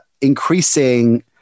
increasing